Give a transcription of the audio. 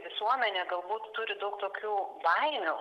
visuomenė galbūt turi daug tokių baimių